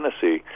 Tennessee